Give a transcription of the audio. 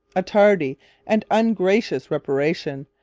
a tardy and ungracious reparation,